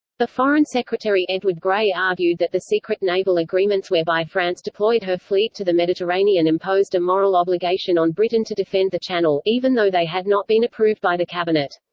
the foreign secretary edward grey argued that the secret naval agreements whereby france deployed her fleet to the mediterranean imposed a moral obligation on britain to defend the channel, even though they had not been approved by the cabinet.